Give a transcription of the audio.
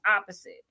opposite